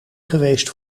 geweest